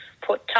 put